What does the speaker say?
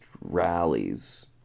rallies